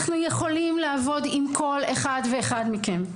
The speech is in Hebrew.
אנחנו יכולים לעבוד עם כל אחד ואחד מכם.